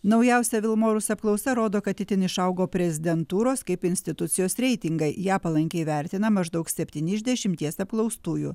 naujausia vilmorus apklausa rodo kad itin išaugo prezidentūros kaip institucijos reitingai ją palankiai vertina maždaug septyni iš dešimties apklaustųjų